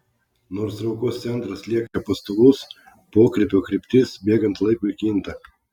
nors traukos centras lieka pastovus pokrypio kryptis bėgant laikui kinta